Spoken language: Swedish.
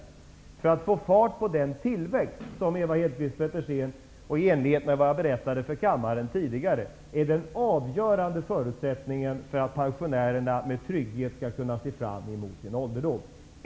Att man får fart på den tillväxt som Ewa Hedkvist Petersen talade om och som jag berättade för kammaren om tidigare, är den avgörande förutsättningen för att pensionärerna med trygghet skall kunna se fram emot sin ålderdom.